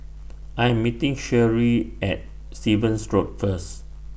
I Am meeting Sherree At Stevens Road First